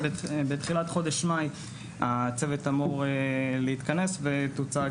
בתחילת חודש מאי הצוות אמור להתכנס ותוצג